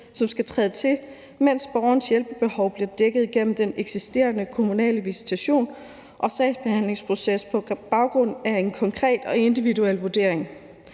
som skal træde til, mens borgerens hjælpebehov bliver dækket via den eksisterende kommunale visitation og sagsbehandlingsproces på baggrund af en konkret og individuel vurdering,